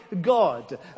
God